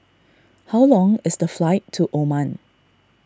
how long is the flight to Oman